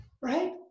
right